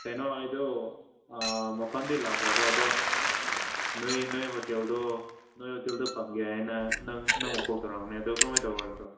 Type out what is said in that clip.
ꯀꯩꯅꯣ ꯑꯗꯨ ꯃꯄꯥꯟꯗꯒꯤ ꯂꯥꯛꯄꯀꯣ ꯑꯗꯣ ꯅꯣꯏ ꯍꯣꯇꯦꯜꯗꯣ ꯅꯣꯏ ꯍꯣꯇꯦꯜꯗꯣ ꯄꯥꯝꯒꯦ ꯍꯥꯏꯅ ꯅꯪ ꯀꯣꯜ ꯇꯧꯔꯛꯂꯝꯕꯅꯦ ꯑꯗꯣ ꯀꯔꯝꯍꯥꯏꯅ ꯇꯧꯕ꯭ꯔꯣ ꯑꯗꯣ